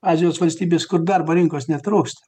azijos valstybės kur darbo rinkos netrūksta